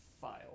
file